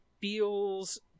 feels